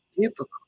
difficult